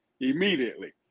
immediately